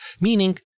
meaning